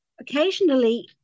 occasionally